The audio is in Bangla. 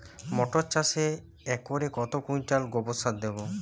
মটর চাষে একরে কত কুইন্টাল গোবরসার দেবো?